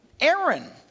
Aaron